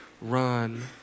Run